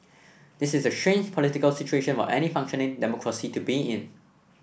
this is a strange political situation for any functioning democracy to be in